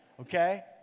Okay